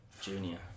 Junior